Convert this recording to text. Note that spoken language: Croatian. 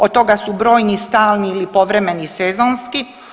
Od toga su brojni stalni ili povremeni sezonski.